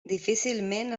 difícilment